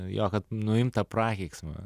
jo kad nuimt tą prakeiksmą